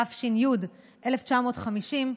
התש"י 1950,